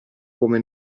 come